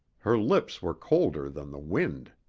her lips were colder than the wind.